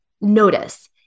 notice